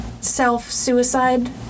self-suicide